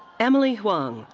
emily huang,